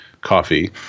coffee